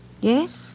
Yes